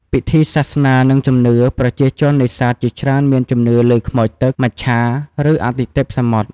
ពិធីសាសនា និងជំនឿ ប្រជាជននេសាទជាច្រើនមានជំនឿលើខ្មោចទឹក មច្ឆា ឬអាទិទេពសមុទ្រ។